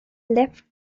left